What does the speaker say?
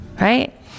Right